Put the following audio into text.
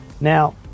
Now